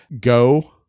go